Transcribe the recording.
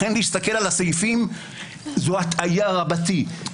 לכן להסתכל על הסעיפים זו הטעיה רבתי.